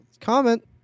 comment